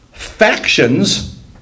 Factions